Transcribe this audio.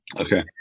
Okay